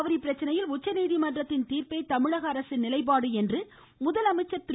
காவிரி பிரச்சனையில் உச்சநீதிமன்றத்தின் தீர்ப்பே தமிழக அரசின் நிலைப்பாடு என முதலமைச்சர் திரு